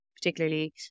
particularly